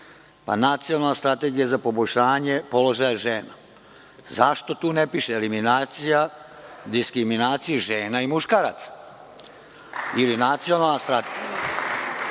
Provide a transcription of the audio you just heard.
pa Nacionalna strategija za poboljšanje položaja žena. Zašto tu ne piše eliminacija, diskriminacija žena i muškaraca ili nacionalna strategija